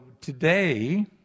today